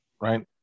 right